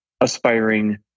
aspiring